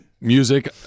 music